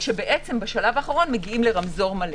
בשלב האחרון מגיעים לרמזור מלא.